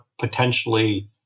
potentially